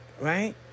right